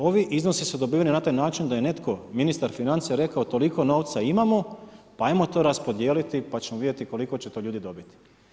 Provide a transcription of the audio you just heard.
Ovi iznosi su dobiveni na taj način da je netko, ministar financija rekao, toliko novca imamo pa ajmo to raspodijeliti pa ćemo vidjeti koliko će to ljudi dobit.